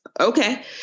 Okay